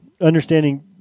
understanding